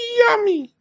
yummy